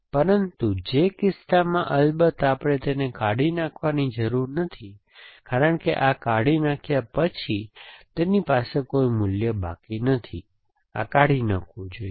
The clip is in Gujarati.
પરંતુ જે કિસ્સામાં અલબત્ત આપણે તેને કાઢી નાખવાની જરૂર નથી કારણ કે આ કાઢી નાખ્યા પછી તેની પાસે કોઈ મૂલ્ય બાકી નથી આ કાઢી નાખવું જોઈએ